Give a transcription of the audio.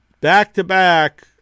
Back-to-back